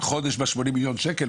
חודש ב-80 מיליון שקל,